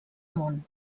món